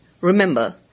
Remember